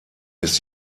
ist